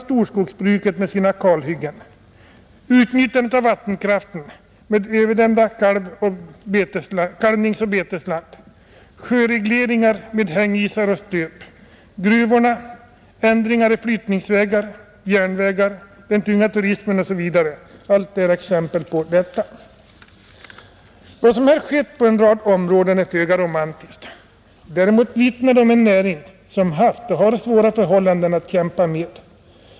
Storskogsbruket med sina kalhyggen, utnyttjandet av vattenkraften med överdämda kalvningsoch betesland, sjöregleringar med hängisar och stöp, gruvorna, ändringar i flyttningsvägar, järnvägar och den tunga turismen är exempel på detta, Vad som här skett på en rad områden är föga romantiskt. Däremot vittnar det om en näring som haft och har svåra förhållanden att kämpa med.